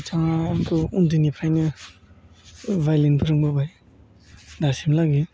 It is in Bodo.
बिथाङा आंखौ उन्दैनिफ्रायनो भाय'लिन फोरोंबोबाय दासिम लागै